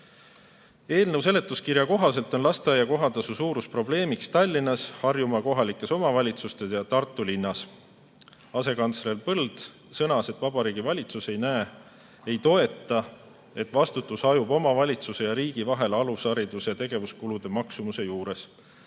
Eelnõu seletuskirja kohaselt on lasteaia kohatasu suurus probleemiks Tallinnas, Harjumaa kohalikes omavalitsustes ja Tartu linnas. Asekantsler Põld sõnas, et Vabariigi Valitsus ei toeta seda, et vastutus alushariduse tegevuskulude maksumuse juures